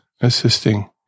assisting